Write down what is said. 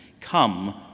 Come